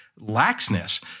laxness